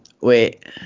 Wait